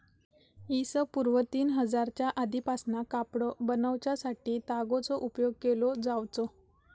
इ.स पूर्व तीन हजारच्या आदीपासना कपडो बनवच्यासाठी तागाचो उपयोग केलो जावचो